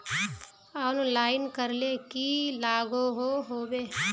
Online करले की लागोहो होबे?